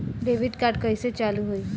Debit card कइसे चालू होई?